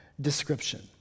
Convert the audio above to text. description